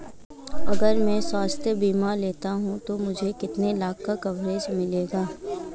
अगर मैं स्वास्थ्य बीमा लेता हूं तो मुझे कितने लाख का कवरेज मिलेगा?